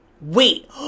Wait